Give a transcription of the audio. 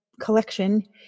collection